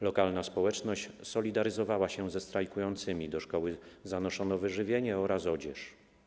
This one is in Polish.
Lokalna społeczność solidaryzowała się ze strajkującymi, do szkoły zanoszono wyżywienie oraz odzież.